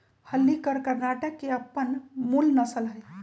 हल्लीकर कर्णाटक के अप्पन मूल नसल हइ